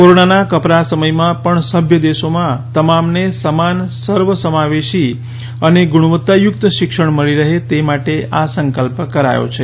કોરોનાના કપરા સમયમાં પણ સભ્ય દેશોમાં તમામને સમાન સર્વસમાવેશી અને ગુણવત્તાયુકત શિક્ષણ મળી રહે તે માટે આ સંકલ્પ કરાયો છે